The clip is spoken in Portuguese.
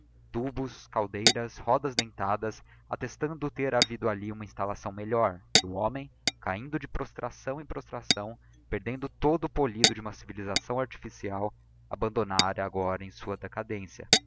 tubos caldeiras rodas dentadas attestando ter havido alli uma installação melhor qlie o homem cahindo de prostração em prostração perdendo todo o polido de uma civilisação artificial abandonara agora em sua decadência